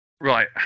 Right